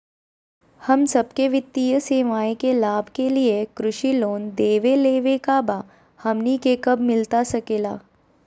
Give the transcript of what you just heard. हम सबके वित्तीय सेवाएं के लाभ के लिए कृषि लोन देवे लेवे का बा, हमनी के कब मिलता सके ला?